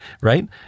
right